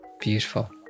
Beautiful